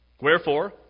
Wherefore